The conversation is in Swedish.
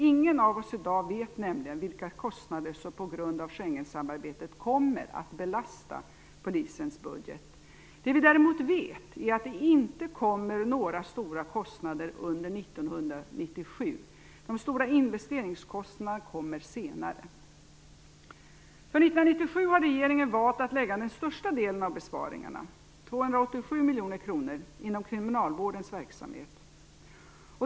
Ingen av oss vet i dag vilka kostnader som på grund av Schengensamarbetet kommer att belasta polisens budget. Däremot vet vi att det inte kommer några stora kostnader under 1997. De stora investeringskostnaderna kommer senare. För 1997 har regeringen valt att lägga den största delen av besparingarna, 287 miljoner kronor, inom kriminalvårdens verksamhet.